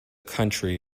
country